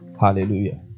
hallelujah